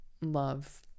love